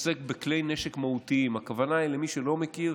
עוסק בכלי נשק מהותיים, למי שלא מכיר,